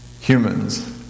humans